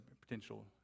potential